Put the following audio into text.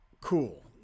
cool